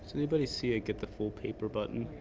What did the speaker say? so anybody see a get the full paper button?